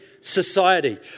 society